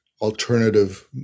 alternative